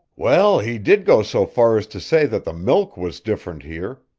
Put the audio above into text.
well, he did go so far as to say that the milk was different here,